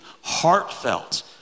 heartfelt